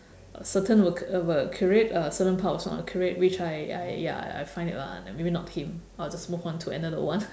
a certain work of uh curate certain part also I wanna curate which I I ya I find it lah like maybe not him I'll just move on to another one